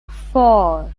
four